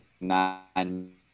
nine